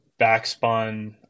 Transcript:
backspun